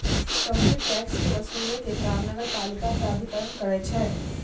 property tax के वसूलै के काम नगरपालिका प्राधिकरण करै छै